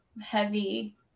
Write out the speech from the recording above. heavy